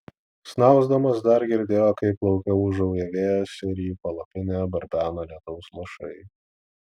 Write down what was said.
snausdamas dar girdėjo kaip lauke ūžauja vėjas ir į palapinę barbena lietaus lašai